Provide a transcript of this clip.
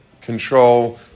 control